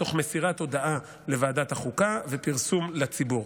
תוך מסירת הודעה לוועדת החוקה ופרסום לציבור.